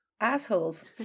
Assholes